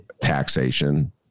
taxation